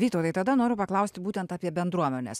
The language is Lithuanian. vytautai tada noriu paklausti būtent apie bendruomenės